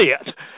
idiot